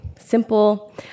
simple